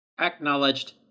Acknowledged